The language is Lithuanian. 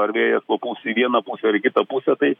ar vėjas papūs į vieną pusę ar į kitą pusę tai